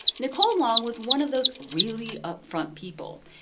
nicole long was one of those really upfront people.